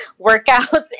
workouts